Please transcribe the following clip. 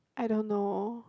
I don't know